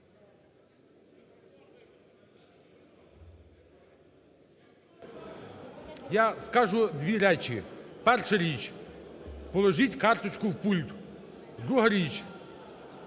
Я скажу дві речі. Перша річ. Положіть карточку в пульт. Друга річ,